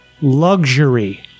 luxury